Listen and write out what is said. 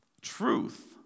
Truth